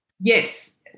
Yes